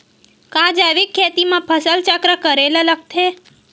का जैविक खेती म फसल चक्र करे ल लगथे?